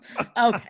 Okay